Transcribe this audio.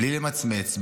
בלי למצמץ,